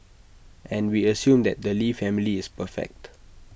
and we assume that the lee family is perfect